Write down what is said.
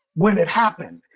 when it happened,